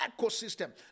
ecosystem